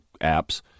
apps